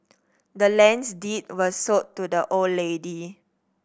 the land's deed was sold to the old lady